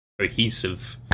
Cohesive